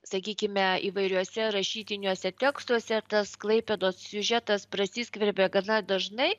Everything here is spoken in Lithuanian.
sakykime įvairiuose rašytiniuose tekstuose tas klaipėdos siužetas prasiskverbia gana dažnai